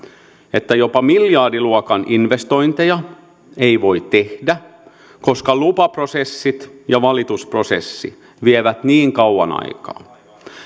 että jopa miljardiluokan investointeja ei voi tehdä koska lupaprosessit ja valitusprosessi vievät niin kauan aikaa